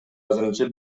азырынча